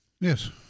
yes